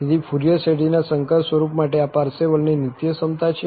તેથી ફુરિયર શ્રેઢીના સંકર સ્વરૂપ માટે આ પારસેવલની નિત્યસમતા છે